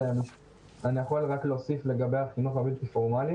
אני יכול רק להוסיף לגבי החינוך הבלתי פורמלי